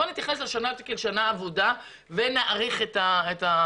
בואו נתייחס לשנה הזאת כאל שנה אבודה ונאריך את הזיכיון.